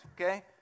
okay